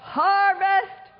harvest